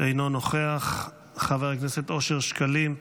אינו נוכח, חבר הכנסת אושר שקלים,